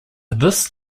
this